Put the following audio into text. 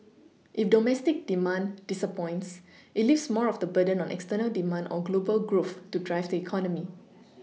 if domestic demand disappoints it leaves more of the burden on external demand or global growth to drive the economy